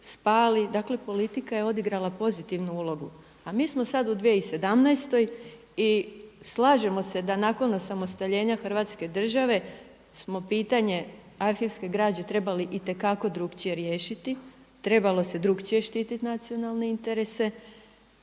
Dakle, politika je odigrala pozitivnu ulogu. A mi smo sada u 2017. i slažemo se da nakon osamostaljenja hrvatske države smo pitanje arhivske građe trebali i te kako drukčije riješiti, trebalo se drukčije štititi nacionalne interese.